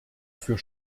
für